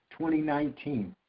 2019